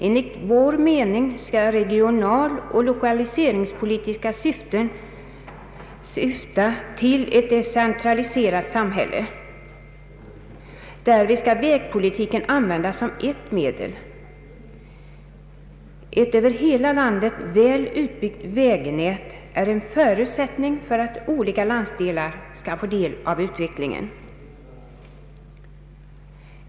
Enligt vår mening skall regionaloch lokaliseringspolitiska åtgärder syfta till ett decentraliserat samhälle. Därvid skall vägpolitiken användas såsom ett medel. Ett över hela landet väl utbyggt vägnät är en förutsättning för att olika landsdelar skall få del av utvecklingen.